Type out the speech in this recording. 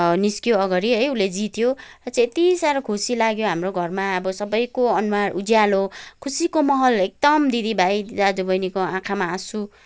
निस्कयो अगाडि है उसले जित्यो र चाहिँ यति साह्रो खुसी लाग्यो हाम्रो घरमा अब सबैको अनुहार उज्यालो खुसीको माहौल एकदम दिदी भाइ दाजु बहिनीको आँखामा आँसु